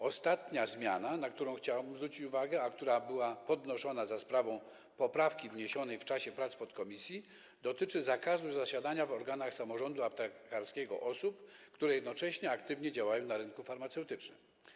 Ostatnia zmiana, na którą chciałbym zwrócić uwagę, a która była podnoszona za sprawą poprawki wniesionej w czasie prac podkomisji, dotyczy zakazu zasiadania w organach samorządu aptekarskiego osób, które jednocześnie aktywnie działają na rynku farmaceutycznym.